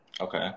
Okay